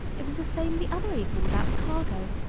it was the same the other evening about the cargo.